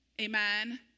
Amen